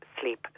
Sleep